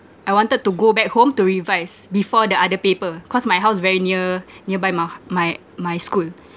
I wanted to go back home to revise before the other paper cause my house very near nearby mah my my school